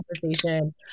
conversation